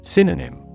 Synonym